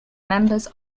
members